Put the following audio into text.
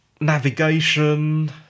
navigation